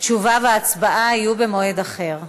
תשובה והצבעה יהיו במועד אחר.